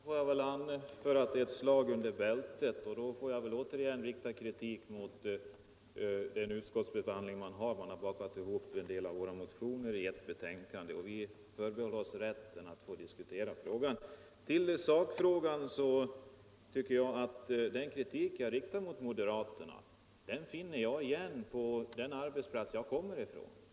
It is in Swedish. Herr talman! Till det sista får jag väl anföra att det är ett slag under bältet, och jag får åter rikta kritik mot utskottsbehandlingen, där man bakat ihop en del av våra motioner i ett betänkande. Vi förbehåller oss emellertid rätten att få diskutera frågan. Beträffande sakfrågan tycker jag att den kritik jag riktade mot moderaterna återfinns på den arbetsplats jag kommer ifrån.